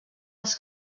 als